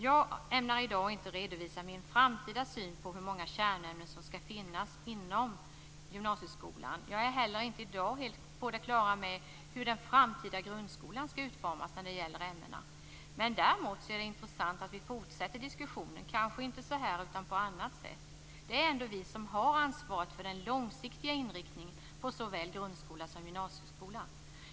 Jag ämnar i dag inte redovisa min framtida syn på hur många kärnämnen som skall finnas inom gymnasieskolan. Jag är heller inte i dag helt på det klara med hur den framtida grundskolan skall utformas när det gäller ämnena. Däremot är det intressant att vi fortsätter diskussionen, kanske inte så här, men på annat sätt. Det är ändå vi som har ansvaret för den långsiktiga inriktningen på såväl grundskola som gymnasieskola.